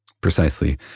Precisely